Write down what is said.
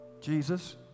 Jesus